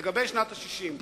לגבי שנת ה-60,